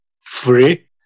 free